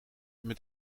met